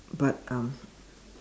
but um